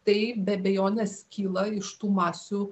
tai be abejonės kyla iš tų masių